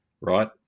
right